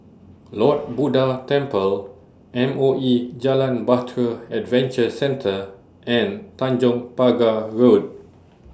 Lord Buddha Temple M O E Jalan Bahtera Adventure Centre and Tanjong Pagar Road